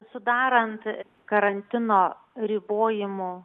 sudarant karantino ribojimų